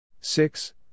Six